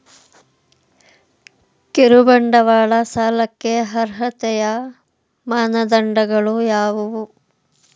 ಕಿರುಬಂಡವಾಳ ಸಾಲಕ್ಕೆ ಅರ್ಹತೆಯ ಮಾನದಂಡಗಳು ಯಾವುವು?